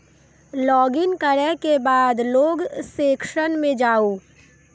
log in करै के बाद लोन सेक्शन मे जाउ